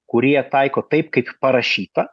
kurie taiko taip kaip parašyta